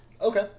Okay